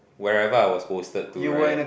wherever I was posted to right